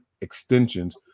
extensions